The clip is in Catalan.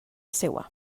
seua